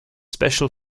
special